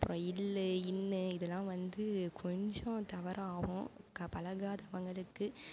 அப்புறம் ல்லு ன்னு இதெல்லாம் வந்து கொஞ்சம் தவறாக ஆகும் க பழகாதவங்களுக்கு